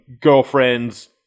Girlfriends